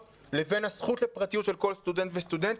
לבין הזכות לפרטיות של כל סטודנט וסטודנטית,